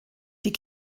die